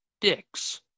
dicks